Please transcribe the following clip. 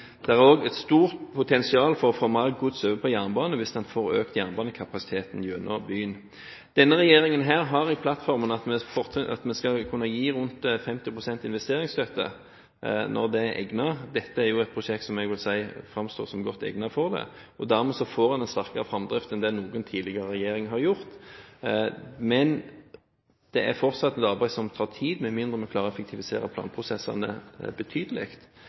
Det er også et stort potensial for å få mer gods over på jernbane hvis en får økt jernbanekapasiteten gjennom byen. Denne regjeringen har i plattformen fått til at vi skal kunne gi rundt 50 pst. investeringsstøtte når det er egnet. Dette er et prosjekt som jeg vil si framstår som godt egnet for det. Dermed får man til en sterkere framdrift enn det noen tidligere regjering har gjort. Men det er fortsatt et arbeid som tar tid, med mindre vi klarer å effektivisere planprosessene betydelig.